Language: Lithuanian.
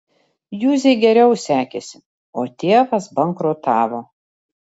juzei geriau sekėsi o tėvas bankrutavo